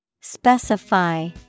Specify